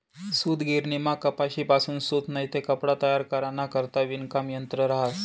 सूतगिरणीमा कपाशीपासून सूत नैते कपडा तयार कराना करता विणकाम यंत्र रहास